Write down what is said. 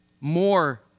More